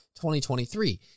2023